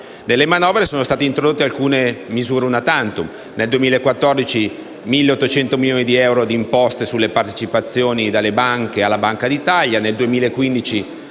Nelle manovre sono state introdotte alcune misure *una tantum*: nel 2014, 1.800 milioni di euro di imposte sulle partecipazioni delle banche nella Banca d'Italia;